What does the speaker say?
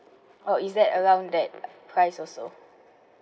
or is that around that price also